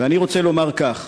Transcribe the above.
ואני רוצה לומר כך: